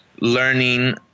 Learning